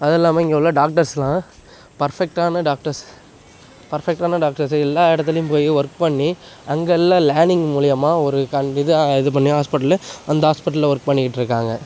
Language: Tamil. அதுவும் இல்லாமல் இங்கே உள்ள டாக்டர்ஸ்லாம் பர்ஃபெக்ட்டான டாக்டர்ஸ் பர்ஃபெக்ட்டான டாக்டர்ஸ் எல்லா இடத்துலையும் போய் ஒர்க் பண்ணி அங்கே எல்லாம் லேர்னிங் மூலியமாக ஒரு கல் இதாக இது பண்ணி ஹாஸ்பிட்டலு அந்த ஹாஸ்பிட்டலில் ஒர்க் பண்ணிக்கிட்டு இருக்காங்க